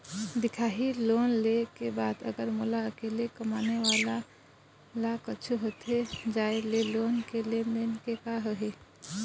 दिखाही लोन ले के बाद अगर मोला अकेला कमाने वाला ला कुछू होथे जाय ले लोन के लेनदेन के का होही?